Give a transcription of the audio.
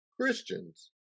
Christians